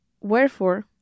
Wherefore